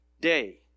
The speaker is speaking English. day